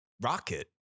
Rocket